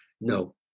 No